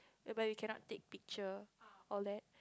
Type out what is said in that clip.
whereby we cannot take picture all that